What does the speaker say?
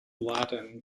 latin